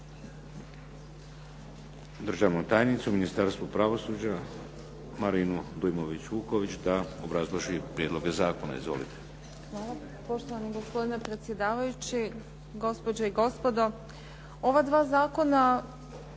državnu tajnicu u Ministarstvu pravosuđa Marinu Dujmović Vuković da obrazloži prijedloge zakona. Izvolite.